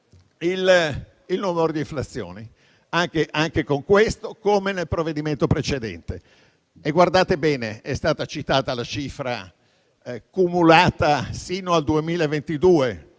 applicato all'Italia. Anche con questo, come nel provvedimento precedente. Guardate bene, è stata citata la cifra cumulata sino al 2022.